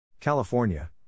California